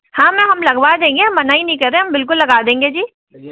हाँ मैम हम लगवा देंगे हम मना नहीं कर रहे हम बिलकुल लगा देंगे जी